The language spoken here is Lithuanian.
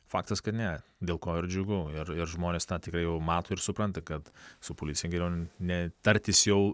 faktas kad ne dėl ko ir džiugu ir ir žmonės tą tikrai jau mato ir supranta kad su policija geriau ne tartis jau